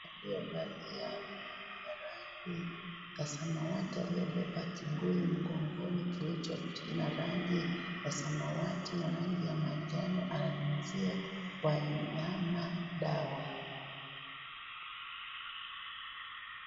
Mtu aliyevalia ovaroli ya samawati aliye beba kibuyu mgongoni kilicho na rangi ya samawati na rangi ya manjano ananyunyizia wanyama dawa.